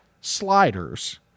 sliders